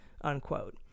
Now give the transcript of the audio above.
unquote